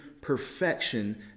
perfection